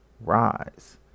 rise